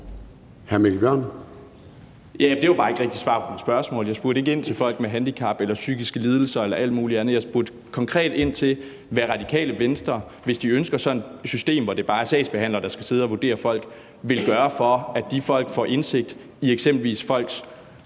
bare ikke rigtig svar på mit spørgsmål. Jeg spurgte ikke ind til folk med handicap eller psykiske lidelser eller alt muligt andet. Jeg spurgte konkret ind til, hvad Radikale Venstre, hvis de ønsker sådan et system, hvor det bare er sagsbehandlere, der skal sidde og vurdere folk, vil gøre for, at de folk får indsigt i